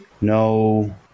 No